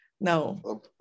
No